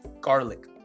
garlic